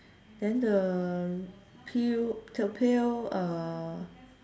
then the pail the pail uh